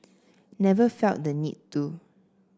never felt the need to